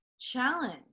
challenge